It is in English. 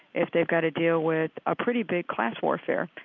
if they've got to deal with a pretty big class warfare,